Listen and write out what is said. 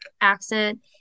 accent